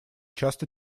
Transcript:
часто